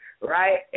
right